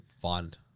find